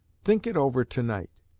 think it over tonight,